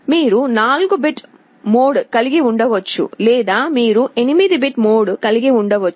మీరు 4 bit mode కలిగి ఉండవచ్చు లేదా మీరు 8 బిట్ మోడ్ కలిగి ఉండవచ్చు